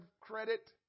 credit